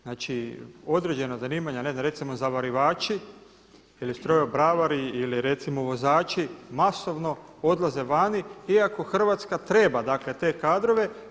Znači određena zanimanja, ne znam, recimo zavarivači ili strojobravari ili recimo vozači masovno odlaze vani iako Hrvatska treba dakle te kadrove.